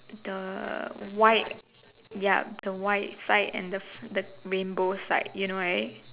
the white ya the white side and the the rainbow side you know it